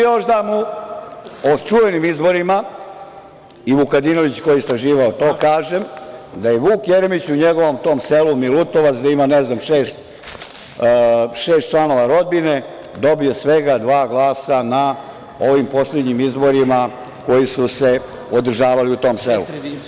Još da mu o čuvenim izborima, i Vukadinović koji je istraživao to kaže da je Vuk Jeremić u njegovom tom selu Milutovac, gde ima šest članova rodbine, dobio svega dva glasa na ovim poslednjim izborima koji su se održavali u tom selu.